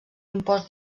impost